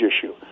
issue